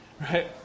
Right